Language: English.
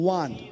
one